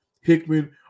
Hickman